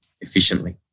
efficiently